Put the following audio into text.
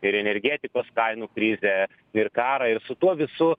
ir energetikos kainų krizę ir karą ir su tuo visu